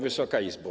Wysoka Izbo!